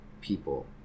people